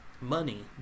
money